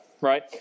right